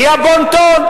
נהיה בון-טון.